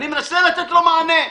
אני מנסה לתת לו מענה.